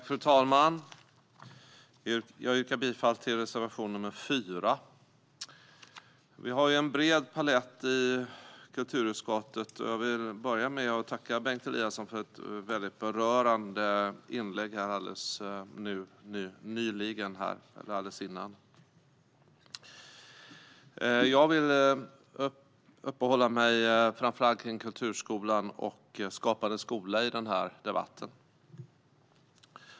Fru talman! Jag yrkar bifall till reservation 4. Vi har en bred palett i kulturutskottet, och jag vill börja med att tacka Bengt Eliasson för ett väldigt berörande inlägg. Själv vill jag framför allt uppehålla mig vid kulturskolan och Skapande skola i den här debatten.